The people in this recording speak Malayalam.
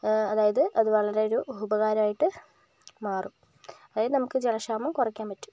അതായത് അത് വളരെ ഒരു ഉപകാരം ആയിട്ട് മാറും അതായത് നമ്മക്ക് ജലക്ഷാമം കുറക്കാൻ പറ്റും